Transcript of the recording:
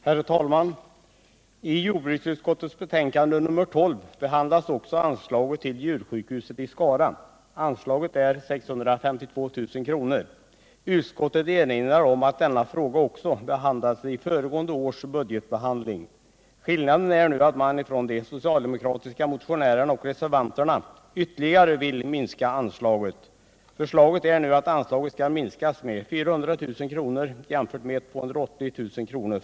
Herr talman! I jordbruksutskottets betänkande nr 12 behandlas också anslaget till djursjukhuset i Skara. Anslaget är 652 000 kr. Utskottet erinrar om att denna fråga diskuterades också i samband med föregående års budgetbehandling. Skillnaden är nu att de socialdemokratiska motionärerna och reservanterna vill minska anslaget ytterligare. Förslaget är nu att anslaget skall minskas med 400 000 kr. jämfört med 280 000 kr.